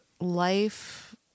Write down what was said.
life